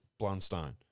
Blundstone